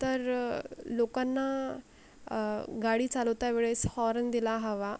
तर लोकांना गाडी चालवता वेळेस हॉर्न दिला हवा